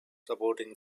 supporting